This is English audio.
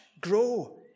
grow